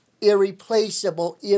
irreplaceable